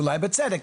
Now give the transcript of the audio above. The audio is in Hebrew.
אולי בצדק,